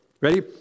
ready